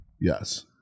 Yes